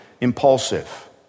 impulsive